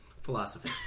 Philosophy